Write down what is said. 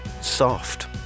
Soft